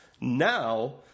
now